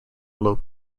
low